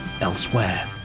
Elsewhere